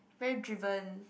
very driven